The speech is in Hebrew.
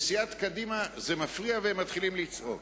לסיעת קדימה זה מפריע והם מתחילים לצעוק.